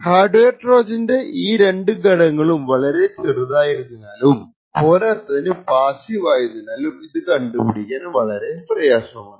hard wear ട്രോജൻറെ ഈ രണ്ടു ഘടകങ്ങളും വളരെ ചെറുതായതിനാലും പോരാത്തതിന് പാസ്സീവ് ആയതിനാലും ഇത് കണ്ടുപിടിക്കാൻ വളരെ പ്രയാസമാണ്